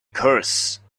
curse